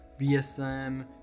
VSM